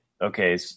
okay